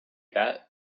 that